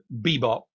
bebop